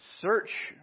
search